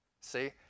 See